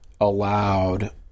allowed